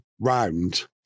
round